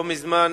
לא מזמן